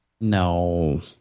No